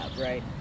right